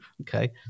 Okay